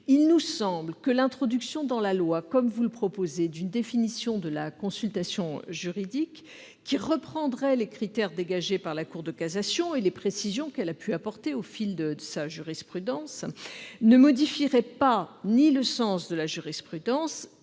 Il nous semble que l'introduction dans la loi, comme vous le proposez, d'une définition de la consultation juridique qui reprendrait les critères dégagés par la Cour de cassation et les précisions qu'elle a pu apporter au fil de sa jurisprudence ne modifierait pas le sens de cette jurisprudence